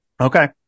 okay